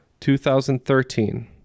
2013